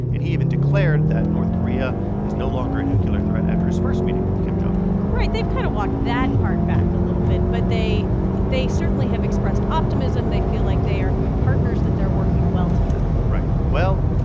and he even declared that north korea is no longer a nuclear threat after his first meeting with kim jong un right. they've kind of walked that part back a little bit. but they they certainly have expressed optimism. they feel like they are good partners, that they're working well together right. well,